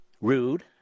rude